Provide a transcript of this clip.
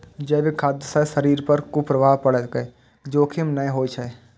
जैविक खाद्य सं शरीर पर कुप्रभाव पड़ै के जोखिम नै होइ छै